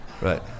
Right